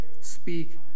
speak